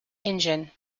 engine